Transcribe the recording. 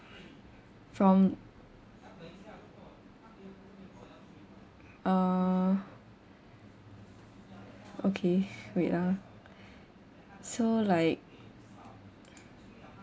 from uh okay wait ah so like